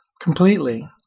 completely